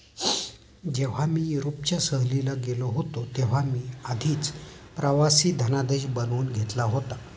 जेव्हा मी युरोपच्या सहलीला गेलो होतो तेव्हा मी आधीच प्रवासी धनादेश बनवून घेतला होता